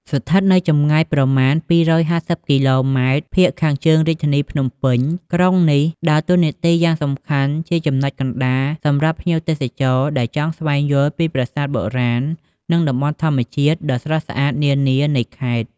ស្ថិតនៅចម្ងាយប្រមាណ ២៥០ គីឡូម៉ែត្រភាគខាងជើងរាជធានីភ្នំពេញ ក្រុងនេះដើរតួនាទីយ៉ាងសំខាន់ជាចំណុចកណ្ដាលសម្រាប់ភ្ញៀវទេសចរណ៍ដែលចង់ស្វែងយល់ពីប្រាសាទបុរាណ និងតំបន់ធម្មជាតិដ៏ស្រស់ស្អាតនានានៃខេត្ត។